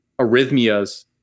arrhythmias